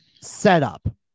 setup